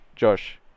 Josh